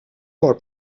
more